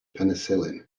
penicillin